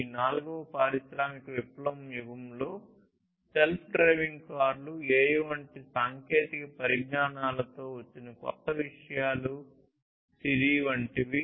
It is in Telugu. ఈ నాల్గవ పారిశ్రామిక విప్లవ యుగంలో సెల్ఫ్ డ్రైవింగ్ కార్లు AI వంటి సాంకేతిక పరిజ్ఞానాలలో వచ్చిన కొత్త విషయాలు సిరి వంటివి